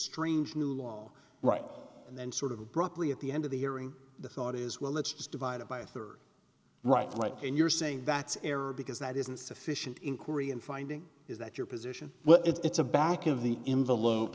strange new law all right and then sort of abruptly at the end of the hearing the thought is well let's just divide it by a rd right right and you're saying that's error because that isn't sufficient inquiry and finding is that your position well it's a back of the envelope